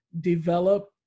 develop